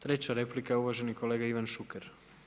Treća replika je uvaženi kolega Ivan Šuker.